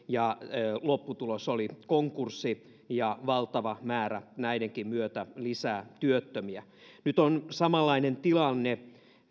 ja lopputulos oli konkurssi ja valtava määrä näidenkin myötä lisää työttömiä nyt on samanlainen tilanne